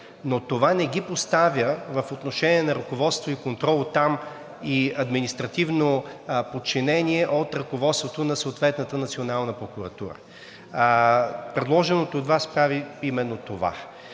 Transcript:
но това не ги поставя в отношение на ръководство и контрол, оттам и административно подчинение от ръководството на съответната национална прокуратура. Предложеното от Вас прави именно това.